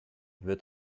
wird